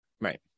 Right